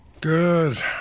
Good